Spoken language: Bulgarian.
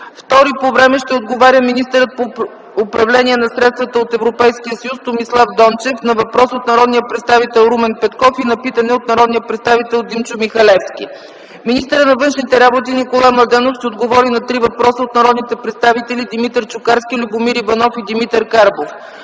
Втори по време ще отговаря министърът по управление на средствата от Европейския съюз Томислав Дончев на въпрос от народния представител Румен Петков и на питане от народния представител Димчо Михалевски. Министърът на външните работи Николай Младенов ще отговаря на три въпроса от народните представители Димитър Чукарски, Любомир Иванов и Димитър Карбов.